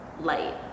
light